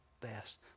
best